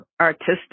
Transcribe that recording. artistic